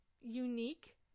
unique